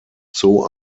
zoo